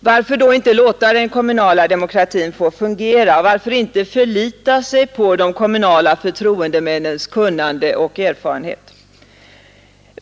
Varför då inte låta den kommunala demokratin få fungera, och varför inte förlita sig på de kommunala förtroendemännens kunnande och erfarenhet?